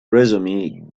resume